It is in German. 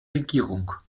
regierung